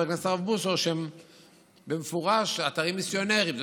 הכנסת הרב בוסו שהם במפורש אתרים מיסיונריים,